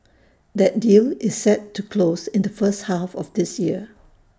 that deal is set to close in the first half of this year